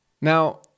now